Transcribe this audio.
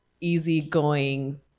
easygoing